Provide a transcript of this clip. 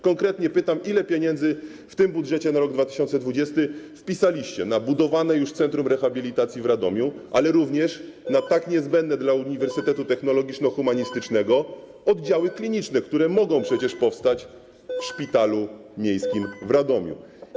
Konkretnie pytam: Ile pieniędzy w tym budżecie na rok 2020 wpisaliście na budowane już Centrum Rehabilitacji w Radomiu, ale również na tak niezbędne dla Uniwersytetu Technologiczno-Humanistycznego oddziały kliniczne, które mogą przecież powstać w Szpitalu Miejskim w Radomiu?